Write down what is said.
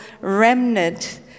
remnant